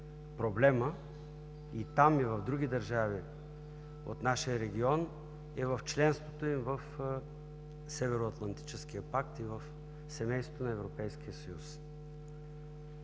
проблема там, а и в други държави от нашия регион е в членството им в Северноатлантическия пакт и в семейството на Европейския съюз.